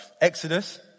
Exodus